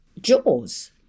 Jaws